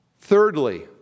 thirdly